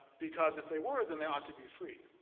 because if they were, then they ought to be free.